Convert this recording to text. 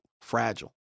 fragile